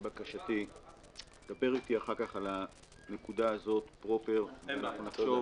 אני מבקש שתדבר אתי אחר כך על הנקודה הזאת פרופר ואנחנו נחשוב.